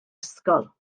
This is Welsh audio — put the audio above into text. ysgol